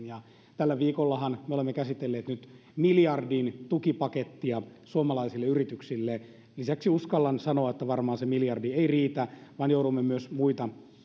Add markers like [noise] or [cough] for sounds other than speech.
[unintelligible] ja tällä viikollahan me olemme käsitelleet miljardin tukipakettia suomalaisille yrityksille lisäksi uskallan sanoa että varmaan se miljardi ei riitä vaan joudumme myös muita